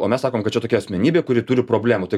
o mes sakom kad čia tokia asmenybė kuri turi problemų tai